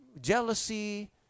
jealousy